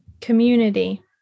community